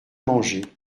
manger